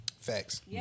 Facts